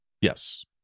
Yes